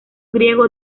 griego